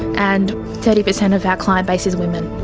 and thirty percent of our client base is women.